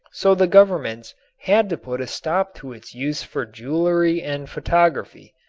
so the governments had to put a stop to its use for jewelry and photography.